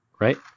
right